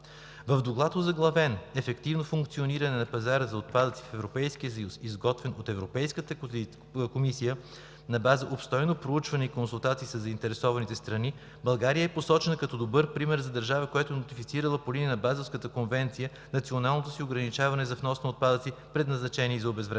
В доклад, озаглавен „Ефективно функциониране на пазарите за отпадъци в Европейския съюз“, изготвен за Европейската комисия на база обстойно проучване и консултации със заинтересованите страни, България е посочена като добър пример за държава, която е нотифицирала по линия на Базелската конвенция националното си ограничение за внос на отпадъци, предназначени за обезвреждане.